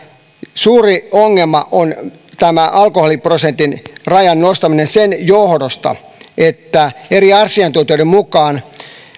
suuri ongelma on tämä alkoholiprosentin rajan nostaminen sen johdosta että eri asiantuntijoiden mukaan